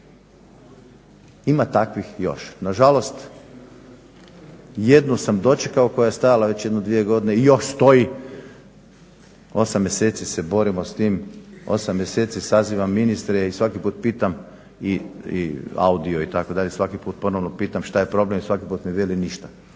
Ima takvih još. Na žalost jednu sam dočekala koja je stajala već jedno dvije godine i još stoji. 8 mjeseci se borimo s tim, 8 mjeseci sazivam ministre i svaki put pitam i audio itd. Svaki put ponovno pitam što je problem i svaki put mi veli ništa.